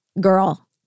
Girl